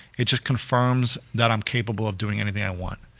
it just confirms that i'm capable of doing anything i want.